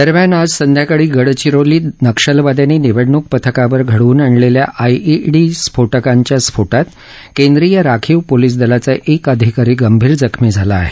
दरम्यान आज संध्याकाळी गडचिरोलीत नक्षलवाद्यांनी निवडणूक पथकावर घडवून आणलेल्या आयईडी स्फोटकांच्या स्फोटात केंद्रीय राखीव पोलीस दलाचा एक अधिकारी गंभीर जखमी झाला आहे